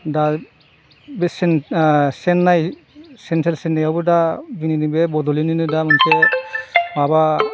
दा बे सेन चेन्नाइ सेन्ट्रेल चेन्नाइआवबो दा दिनैनि बे बड'लेण्डनिनो दा मोनसे माबा